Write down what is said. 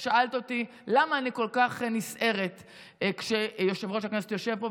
ששאלת אותי למה אני כל כך נסערת כשיושב-ראש הכנסת יושב פה,